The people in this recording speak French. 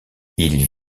ils